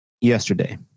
yesterday